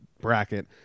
bracket